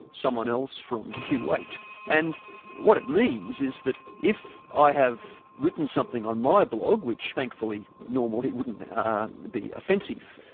someone else from kuwait, and what it means is that if i have written something on my blog, which thankfully normally wouldn't be offensive,